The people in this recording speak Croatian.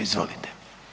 Izvolite.